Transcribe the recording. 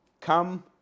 come